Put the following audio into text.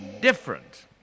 different